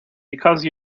because